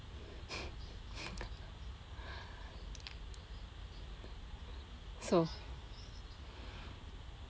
so